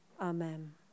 Amen